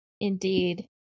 Indeed